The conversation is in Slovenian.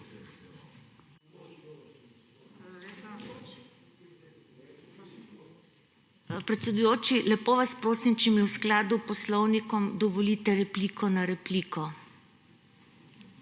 Predsedujoči, lepo vas prosim, če mi v skladu s poslovnikom dovolite repliko na repliko.